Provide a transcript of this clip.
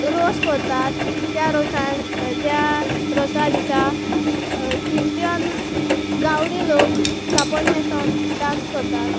रोस कोरतात त्या रोसांत त्या रोसा दिसा क्रिस्टियन गावडी लोक कापोड न्हेसोन डान्स कोरतात